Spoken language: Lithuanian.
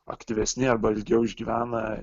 aktyvesni arba ilgiau išgyvena